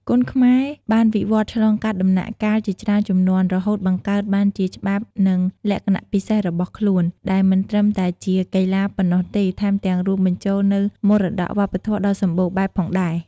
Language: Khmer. គុនខ្មែរបានវិវត្តន៍ឆ្លងកាត់ដំណាក់កាលជាច្រើនជំនាន់ រហូតបង្កើតបានជាច្បាប់និងលក្ខណៈពិសេសរបស់ខ្លួន ដែលមិនត្រឹមតែជាកីឡាប៉ុណ្ណោះទេ ថែមទាំងរួមបញ្ចូលនូវមរតកវប្បធម៌ដ៏សម្បូរបែបផងដែរ។